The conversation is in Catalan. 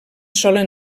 sola